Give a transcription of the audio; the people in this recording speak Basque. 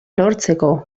lortzeko